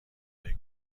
های